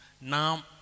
Now